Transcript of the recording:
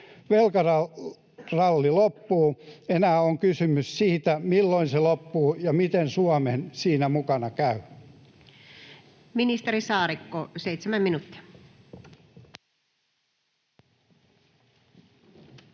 Velkaralli loppuu. Enää on kysymys siitä, milloin se loppuu ja miten Suomen siinä mukana käy.